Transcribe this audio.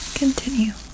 continue